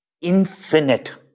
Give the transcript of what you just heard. infinite